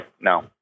no